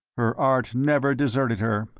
her art never deserted her,